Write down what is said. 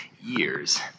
years